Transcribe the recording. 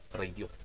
radio